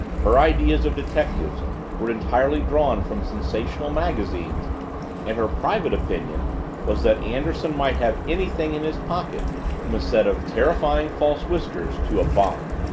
her ideas of detectives were entirely drawn from sensational magazines and her private opinion was that anderson might have anything in his pocket from a set of terrifying false whiskers to a bomb!